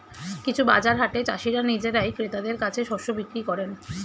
কিছু বাজার হাটে চাষীরা নিজেরাই ক্রেতাদের কাছে শস্য বিক্রি করেন